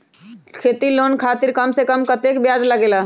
खेती लोन खातीर कम से कम कतेक ब्याज लगेला?